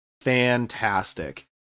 fantastic